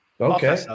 Okay